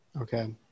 Okay